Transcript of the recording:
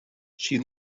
she